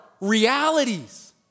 realities